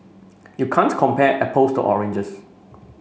you can't compare apples to oranges